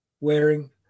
wearing